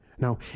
Now